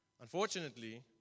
Unfortunately